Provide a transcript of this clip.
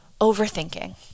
overthinking